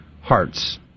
hearts